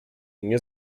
nie